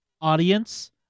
audience